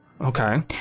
okay